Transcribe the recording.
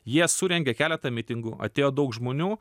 jie surengė keletą mitingų atėjo daug žmonių